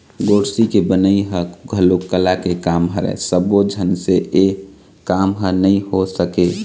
गोरसी के बनई ह घलोक कला के काम हरय सब्बो झन से ए काम ह नइ हो सके